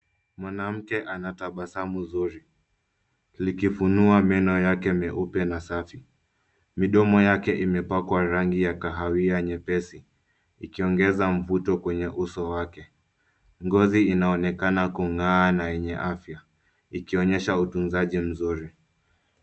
Mwanamke anatabasamu zuri likifunua meno yake meupe na safi. Midomo yake imepakwa rangi ya kahawia nyepesi ikiongeza mvuto kwenye uso wake. Ngozi inaonekana kung'aa na yenye afya ikionyesha utunzaji mzuri.